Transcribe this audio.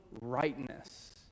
rightness